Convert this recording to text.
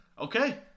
Okay